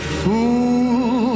fool